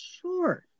Sure